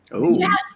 Yes